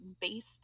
based